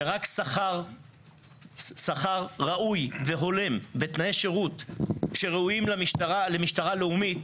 ורק שכר ראוי והולם ותנאי שירות שראויים למשטרה לאומית,